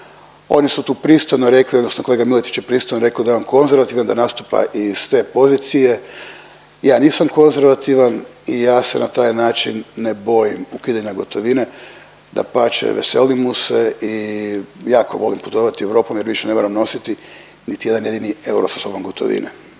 Oni su tu pristojno rekli odnosno kolega Miletić je pristojno rekao da je on konzervativan, da nastupa iz te pozicije. Ja nisam konzervativan i ja se na taj način ne bojim ukidanja gotovine. Dapače, veselim mu se i jako volim putovati Europom jer više ne moram nositi niti jedan jedini euro sa sobom gotovine.